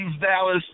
Dallas